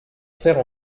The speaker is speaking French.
faire